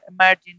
emerging